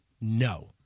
No